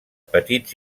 petits